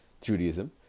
Judaism